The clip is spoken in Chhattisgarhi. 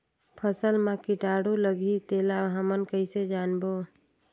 फसल मा कीटाणु लगही तेला हमन कइसे जानबो?